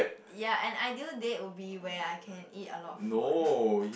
ya an ideal date would be where I can eat a lot of food